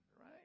right